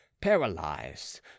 paralyzed